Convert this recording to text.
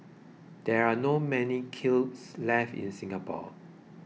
there are not many kilns left in Singapore